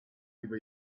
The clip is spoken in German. über